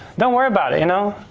don't worry about it you know.